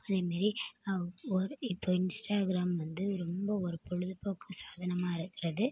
அதேமாரி ஒரு இப்போ இன்ஸ்டாகிராம் வந்து ரொம்போ ஒரு பொழுதுபோக்கு சாதனமாக இருக்கிறது